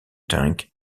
tank